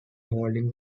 holding